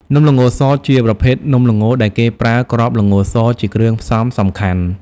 នំល្ងសជាប្រភេទនំល្ងដែលគេប្រើ គ្រាប់ល្ងស ជាគ្រឿងផ្សំសំខាន់។